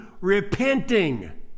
repenting